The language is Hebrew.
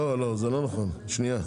לא, שניה.